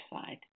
side